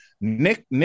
Nick